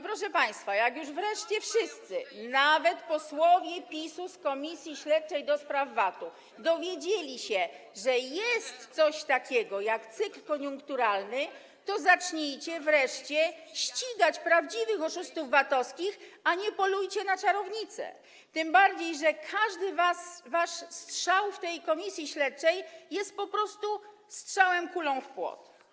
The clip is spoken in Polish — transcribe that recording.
Proszę państwa, jak już wreszcie wszyscy, nawet posłowie PiS-u z komisji śledczej do spraw VAT-u, się dowiedzieliście, że jest coś takiego jak cykl koniunkturalny, to zacznijcie wreszcie ścigać prawdziwych oszustów VAT-owskich, a nie polujcie na czarownice, tym bardziej że każdy wasz strzał w tej komisji śledczej jest po prostu strzałem kulą w płot.